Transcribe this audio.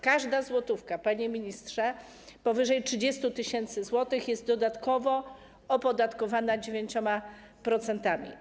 Każda złotówka, panie ministrze, powyżej 30 tys. zł jest dodatkowo opodatkowana 9%.